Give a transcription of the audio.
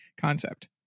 concept